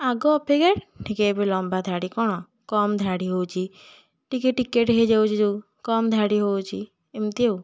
ଆଗ ଅପେକ୍ଷା ଟିକିଏ ଏବେ ଲମ୍ବାଧାଡ଼ି କ'ଣ କମ୍ ଧାଡ଼ି ହେଉଛି ଟିକିଏ ଟିକେଟ୍ ହେଇଯାଉଛି ଯେଉଁ କମ୍ ଧାଡ଼ି ହେଉଛି ଏମିତି ଆଉ